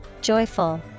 Joyful